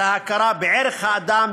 על ההכרה בערך האדם,